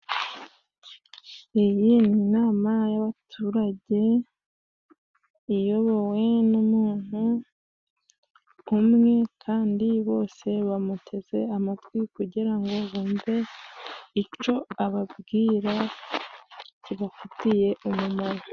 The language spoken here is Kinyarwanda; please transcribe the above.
Iyi ni inama y'abaturage, iyobowe n'umuntu umwe kandi bose bamuteze amatwi kugira ngo bumve ico ababwira kibafitiye umumaro.